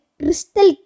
crystal